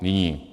Nyní.